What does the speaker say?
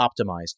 optimized